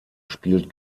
spielt